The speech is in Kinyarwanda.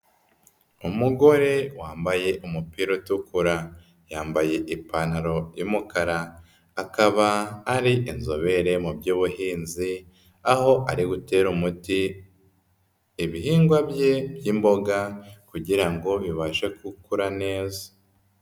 Umugore wambaye umupira utukura, yambaye ipantaro y'umukara, akaba ari inzobere mu by'ubuhinzi aho ari gutera umuti ibihingwa bye by'imboga kugira ngo bibashe gukura neza.